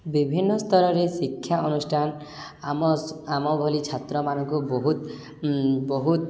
ବିଭିନ୍ନ ସ୍ତରରେ ଶିକ୍ଷା ଅନୁଷ୍ଠାନ ଆମ ଆମ ଭଳି ଛାତ୍ରମାନଙ୍କୁ ବହୁତ ବହୁତ